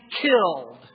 killed